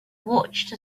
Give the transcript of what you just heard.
watched